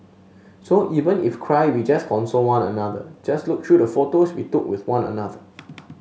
so even if cry we just console one another just look through the photos we took with one another